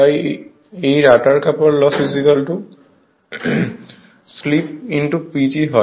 তাই এই রটার কপার লস স্লিপ PG হয়